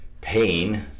pain